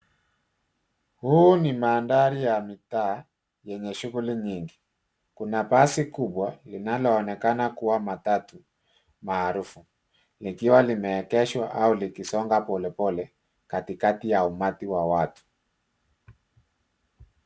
Huu ni mandhari ya mitaa yenye shughuli nyingi. Kuna basi kubwa linaloonekana kuwa matatu maarufu likiwa limeegeshwa au likisonga polepole katikati ya umati wa watu.